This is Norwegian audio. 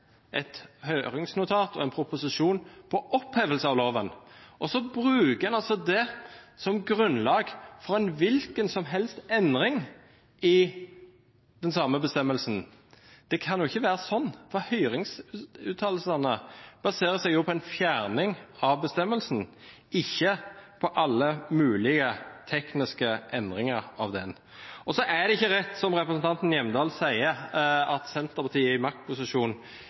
et høringsnotat og en proposisjon på opphevelse av loven, og så bruker en altså det som grunnlag for en hvilken som helst endring i den samme bestemmelsen. Det kan jo ikke være sånn, for høringsuttalelsene baserer seg jo på en fjerning av bestemmelsen, ikke på alle mulige tekniske endringer av den. Og så er det ikke rett som representanten Hjemdal sier, at Senterpartiet i maktposisjon